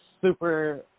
super